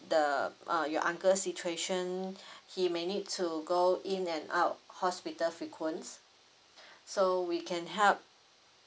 the uh your uncle situation he may need to go in and out hospital frequent so we can help